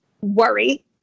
worry